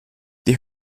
die